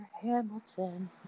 Hamilton